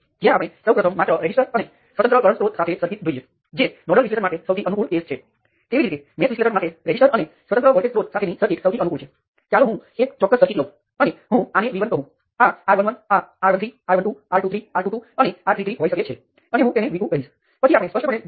અને મેં સામાન્ય લૂપ વિશ્લેષણને ધ્યાનમાં લીધું નથી મેં માત્ર મેશ વિશ્લેષણ લીધું હતું જે પ્લેનર્સ સર્કિટના વિશિષ્ટ કિસ્સા માટે લૂપ વિશ્લેષણ છે પરંતુ આ વાત લૂપ વિશ્લેષણ પર પણ લાગુ પડે છે